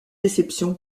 déception